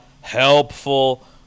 helpful